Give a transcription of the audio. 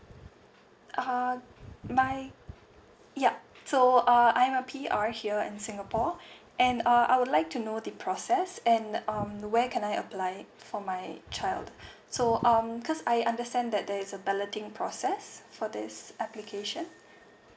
uh my ya so uh I'm a P_R here in singapore and uh I would like to know the process and um where can I apply for my child so um cause I understand that there's a balloting process for this application